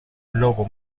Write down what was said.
lobo